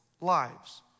lives